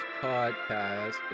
podcast